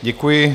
Děkuji.